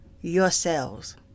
yourselves